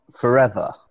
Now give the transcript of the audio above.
forever